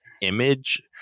image